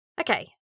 Okay